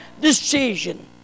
decision